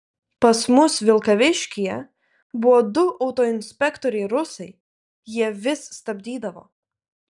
pas mus vilkaviškyje buvo du autoinspektoriai rusai jie vis stabdydavo